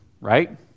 right